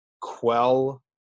quell